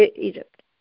Egypt